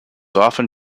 often